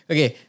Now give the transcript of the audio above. Okay